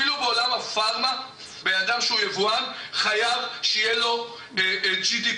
אפילו בעולם הפארמה בן אדם שהוא ייבואן חייב שיהיה לו GDP,